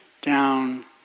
down